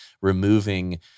removing